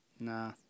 Nah